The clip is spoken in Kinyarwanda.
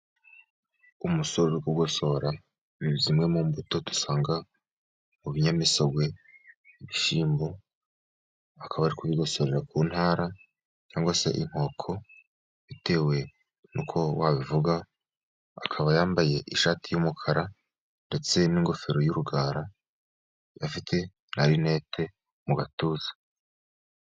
Umusore uri kugosora, ni zimwe mu mbuto dusanga mu binyamisogwe, ibishyimbo akaba ari kubigosorera ku ntara cyangwa se inkoko bitewe n'uko wabivuga akaba yambaye ishati y'umukara, ndetse n'ingofero y'urugara afite na linete mu gatuza.